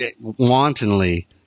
wantonly